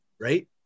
right